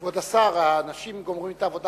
כבוד השר, האנשים גומרים את העבודה